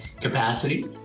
capacity